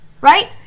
right